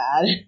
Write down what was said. bad